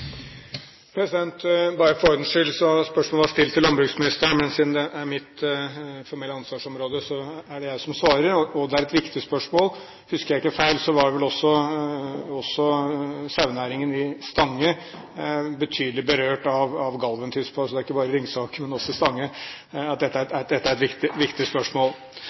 Bare for ordens skyld: Spørsmålet var stilt til landbruksministeren, men siden det er mitt formelle ansvarsområde, er det jeg som svarer. Det er et viktig spørsmål. Husker jeg ikke feil, var også sauenæringen i Stange betydelig berørt av Galven-tispa, så det er ikke bare i Ringsaker, men også i Stange dette er et